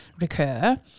recur